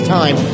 time